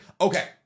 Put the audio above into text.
Okay